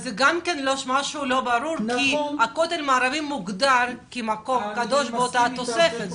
זה גם לא ברור כי הכותל המערבי מוגדר כמקום קדוש באותה תוספת.